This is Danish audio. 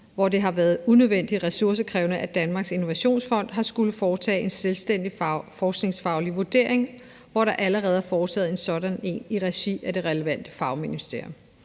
hvor det har været unødvendigt ressourcekrævende, at Danmarks Innovationsfond har skullet foretage en selvstændig forskningsfaglig vurdering, når der allerede er foretaget en sådan i regi af det relevante fagministerium.